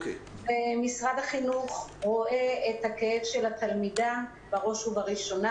משרד החינוך רואה את הכאב של התלמידה בראש ובראשונה,